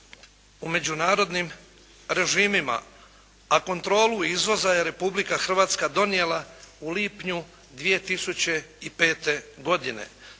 u međunarodnim režimima a kontrolu izvoza je Republika Hrvatska donijela u lipnju 2005. godine